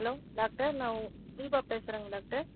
hello doctor நான் தீபா பேசுறங்க doctor